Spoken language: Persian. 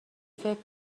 فکر